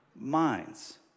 minds